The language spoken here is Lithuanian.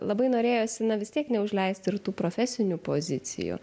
labai norėjosi na vis tiek neužleisti ir tų profesinių pozicijų